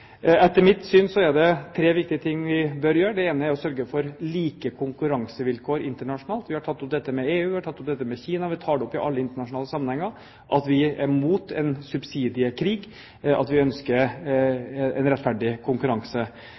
Etter mitt syn er det tre viktige ting vi bør gjøre. Det ene er å sørge for like konkurransevilkår internasjonalt. Vi har tatt opp dette med EU, vi har tatt det opp med Kina – vi tar opp i alle internasjonale sammenhenger at vi er imot en subsidiekrig, at vi ønsker en rettferdig konkurranse.